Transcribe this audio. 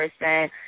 person